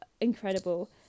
incredible